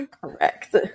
Correct